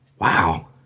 Wow